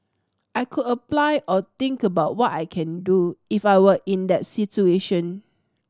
I could apply or think about what I can do if I were in that situation